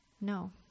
No